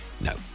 No